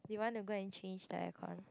you want to go and change the air con